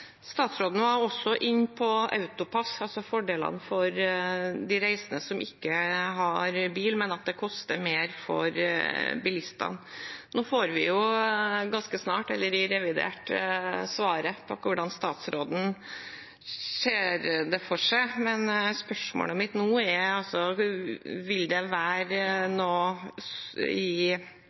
Statsråden var også inne på AutoPASS, fordelene for de reisende som ikke har bil, men at det koster mer for bilistene. Vi får ganske snart, i revidert, svaret på hvordan statsråden ser det for seg, men spørsmålet mitt nå er: Vil det være noen endringer i